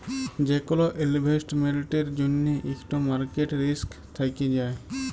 যে কল ইলভেস্টমেল্টের জ্যনহে ইকট মার্কেট রিস্ক থ্যাকে যায়